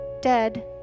dead